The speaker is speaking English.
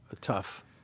Tough